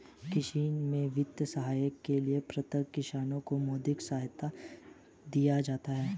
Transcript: कृषि में वित्तीय सहायता के लिए पात्रता किसानों को मौद्रिक सहायता देकर किया जाता है